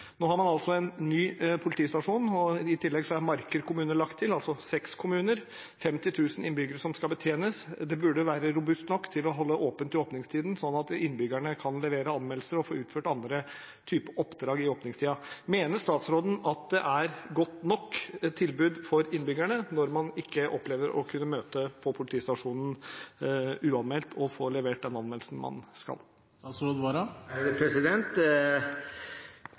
Nå har man altså en ny politistasjon. I tillegg er Marker kommune lagt til – man har altså seks kommuner og 50 000 innbyggere som skal betjenes. Det burde være robust nok til å holde åpent i åpningstiden, sånn at innbyggerne kan levere anmeldelser og få utført andre typer oppdrag da. Mener statsråden at det er et godt nok tilbud for innbyggerne når man ikke opplever å kunne møte på politistasjonen uanmeldt og få levert